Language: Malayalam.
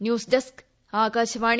news desk Akashvani